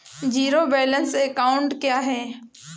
Zero balance account क्या है?